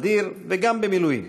בסדיר וגם במילואים.